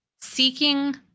seeking